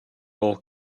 all